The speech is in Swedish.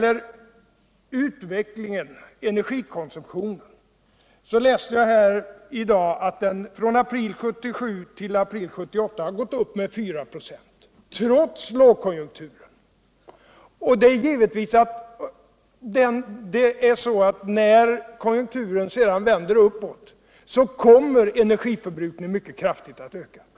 När det gäller energikonsumtionen läste jag i dag att den från april 1977 till april 1978 gått upp med 4 "a trots lågkonjunkturen. När konjunkturen sedan vänder uppåt, är det givet att energiförbrukningen kommer att öka mycket kraftigt.